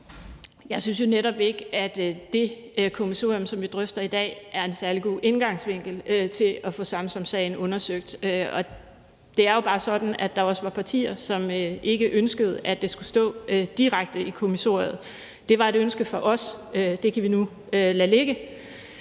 Jeg synes jo netop ikke, at det kommissorie, som vi drøfter i dag, er en særlig god indgangsvinkel til at få Samsamsagen undersøgt. Det er jo bare sådan, at der også var partier, som ikke ønskede, at det skulle stå direkte i kommissoriet. Det var et ønske for os. Det kan vi nu lade ligge.